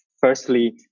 firstly